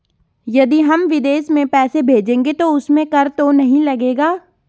यदि हम विदेश में पैसे भेजेंगे तो उसमें कर तो नहीं लगेगा?